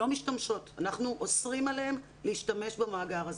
אנחנו אוסרים עליהם להשתמש במאגר הזה.